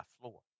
floor